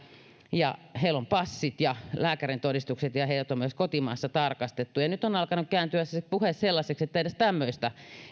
niillä on passit ja lääkärintodistukset ja ne on myös kotimaassa tarkastettu nyt on alkanut kääntyä se puhe sellaiseksi että edes tämmöistä